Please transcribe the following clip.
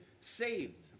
saved